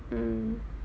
mm